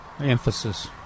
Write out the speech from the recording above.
emphasis